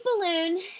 balloon